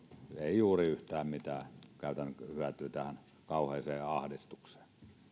juuri yhtään mitään käytännön hyötyä tässä kauheassa ahdistuksessa